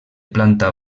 planta